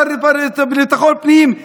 השר לביטחון הפנים,